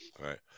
right